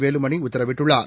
வேலுமணி உத்தரவிட்டுள்ளார்